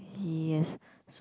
yes so